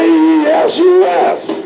J-E-S-U-S